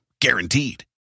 Guaranteed